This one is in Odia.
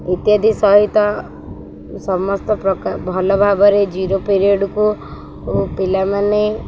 ଇତ୍ୟାଦି ସହିତ ସମସ୍ତ ପ୍ରକାର ଭଲ ଭାବରେ ଜିରୋ ପିରିଅଡ଼୍କୁ ପିଲାମାନେ